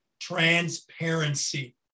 Transparency